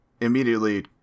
immediately